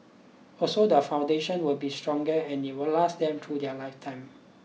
also the foundation will be stronger and it will last them through their lifetime